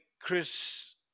Chris